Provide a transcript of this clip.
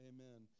Amen